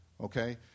okay